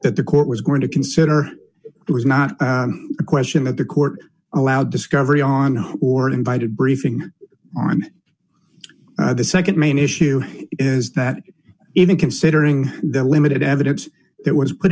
that the court was going to consider it was not a question that the court allowed discovery on who are invited briefing on the nd main issue is that even considering the limited evidence that was put